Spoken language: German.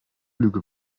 lüge